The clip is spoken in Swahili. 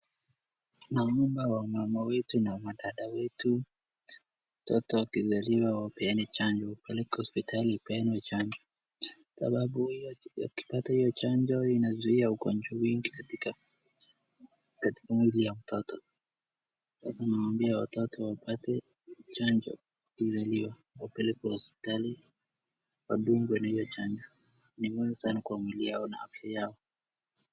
Naomba wamama wetu na wadada wetu mtoto akizaliwa wapene chanjo, apelekwe hospitali apeanwe chanjo, sababu hiyo chanjo inazuia ugonjwa nyingi katika mwili wa mtoto. Sasa tunawaambia watoto apate chanjo, wakizaliwa wapelekwe hospitali wadungwe na hiyo chanjo. Ni muhimu sana kwa miili yao na afya yao.